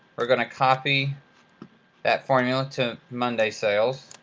we're going to copy that formula to monday sales.